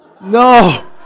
No